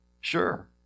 Sure